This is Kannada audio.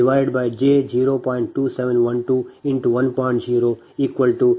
ಆದ್ದರಿಂದ V 4f 0